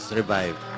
revived